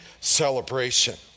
celebration